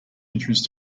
entrance